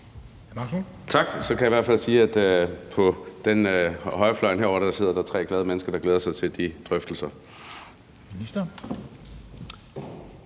Tak. Så kan jeg i hvert fald sige, at på højrefløjen herovre sidder der tre glade mennesker, der glæder sig til de drøftelser.